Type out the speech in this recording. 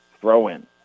throw-in